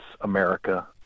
America